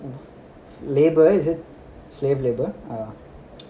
labour is it slave labour or